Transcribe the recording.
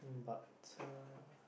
um but uh